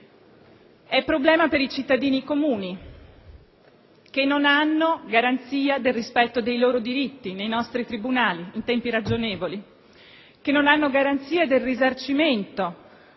un problema per i cittadini comuni che non hanno garanzia del rispetto dei loro diritti nei nostri Tribunali in tempi ragionevoli e non hanno garanzia del risarcimento,